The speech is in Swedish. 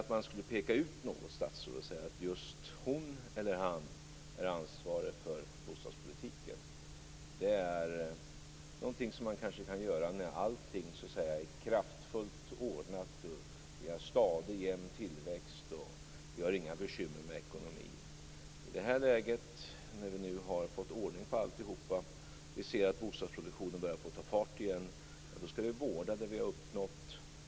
När allt är kraftfullt ordnat och vi har en stadig jämn tillväxt utan bekymmer för ekonomin går det att peka ut ett statsråd där hon eller han är ansvarig för bostadspolitiken. I det här läget, när vi har fått ordning på allt, vi ser att bostadsproduktionen börjar att ta fart igen, skall vi vårda det vi har uppnått.